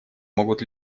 могут